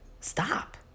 Stop